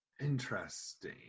Interesting